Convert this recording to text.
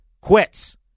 quits